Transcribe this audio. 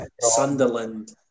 Sunderland